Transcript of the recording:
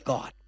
God